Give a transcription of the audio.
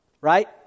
Right